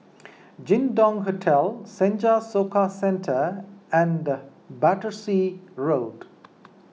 Jin Dong Hotel Senja Soka Centre and Battersea Road